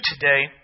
today